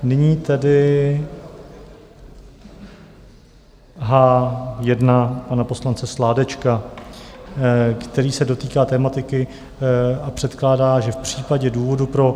Nyní tedy H1 pana poslance Sládečka, který se dotýká tematiky a předkládá, že v případě důvodů pro...